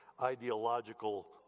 ideological